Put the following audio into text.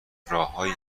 راههایی